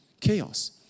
chaos